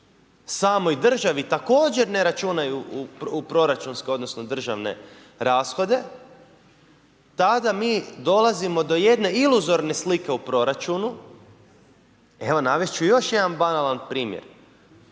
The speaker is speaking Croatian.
samoj državi također ne računaju u proračunske, odnosno državne rashode, tada mi dolazimo do jedne iluzorne slike u proračunu, evo navest ću još jedan banalan primjer.